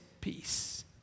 peace